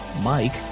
Mike